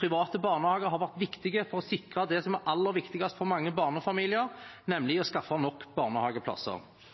Private barnehager har vært viktige for å sikre det som er aller viktigst for mange barnefamilier, nemlig å skaffe nok barnehageplasser.